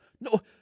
no